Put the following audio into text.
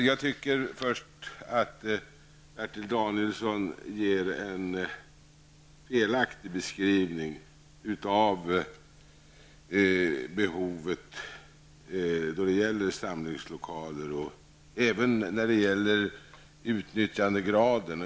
Jag tycker att Bertil Danielsson ger en felaktig beskrivning av behovet av samlingslokaler och av deras utnyttjande.